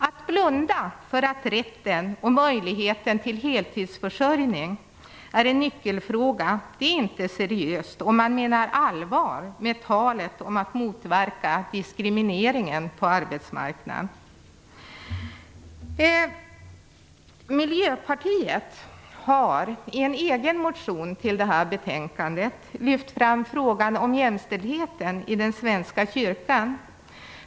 Att blunda för att rätten och möjligheten till heltidsförsörjning är en nyckelfråga är inte seriöst om man menar allvar med talet om att motverka diskrimineringen på arbetsmarknaden. Miljöpartiet har i en egen motion som behandlas i betänkandet lyft fram frågan om jämställdheten i den svenska kyrkan.